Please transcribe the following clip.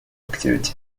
activity